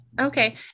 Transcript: Okay